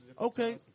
Okay